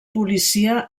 policia